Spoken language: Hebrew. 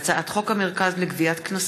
הצעת חוק המרכז לגביית קנסות,